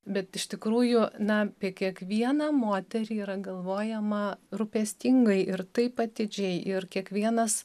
bet iš tikrųjų na apie kiekvieną moterį yra galvojama rūpestingai ir taip atidžiai ir kiekvienas